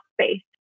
space